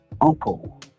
uncle